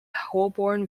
holborn